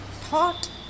thought